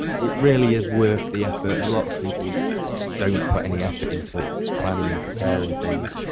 it really is worth the effort. a lot of people just don't put any effort into planning and preparing things.